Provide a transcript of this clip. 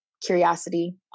curiosity